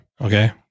Okay